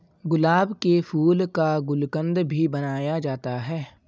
गुलाब के फूल का गुलकंद भी बनाया जाता है